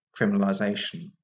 criminalisation